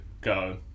go